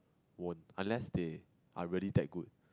won't unless they are really that good